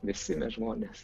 visi žmonės